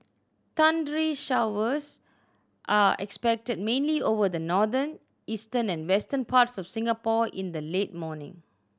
thundery showers are expected mainly over the northern eastern and western parts of Singapore in the late morning